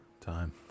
time